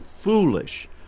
foolish